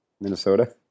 Minnesota